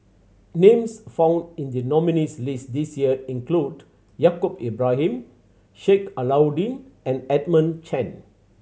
names found in the nominees' list this year include Yaacob Ibrahim Sheik Alau'ddin and Edmund Chen